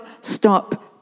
stop